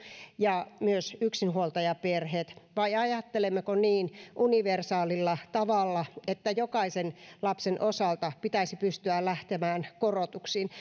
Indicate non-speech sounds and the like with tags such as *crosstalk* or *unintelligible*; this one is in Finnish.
ja myös yksinhuoltajaperheet vai ajattelemmeko niin universaalilla tavalla että jokaisen lapsen osalta pitäisi pystyä lähtemään korotuksiin *unintelligible*